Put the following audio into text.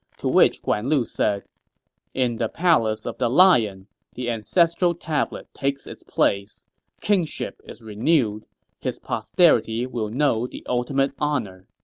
to which guan lu said in the palace of the lion the ancestral tablet takes its place kingship is renewed his posterity will know the ultimate honor